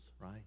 right